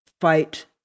fight